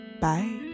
bye